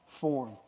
form